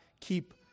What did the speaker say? keep